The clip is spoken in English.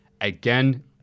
Again